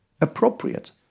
appropriate